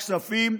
הכספים,